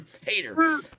Hater